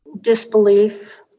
Disbelief